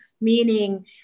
meaning